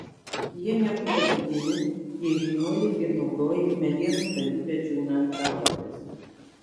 jie nebuvo būtini jei žinojai ir naudojai medienos savybę džiūnant trauktis